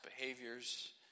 behaviors